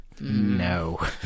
no